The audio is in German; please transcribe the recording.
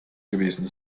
gewesen